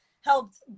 helped